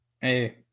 Hey